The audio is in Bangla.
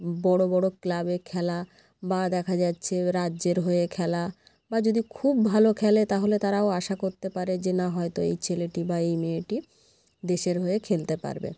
বড়ো বড়ো ক্লাবে খেলা বা দেখা যাচ্ছে রাজ্যের হয়ে খেলা বা যদি খুব ভালো খেলে তাহলে তারাও আশা করতে পারে যে না হয়তো এই ছেলেটি বা এই মেয়েটি দেশের হয়ে খেলতে পারবে